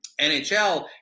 NHL